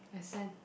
I sent